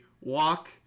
walk